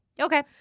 Okay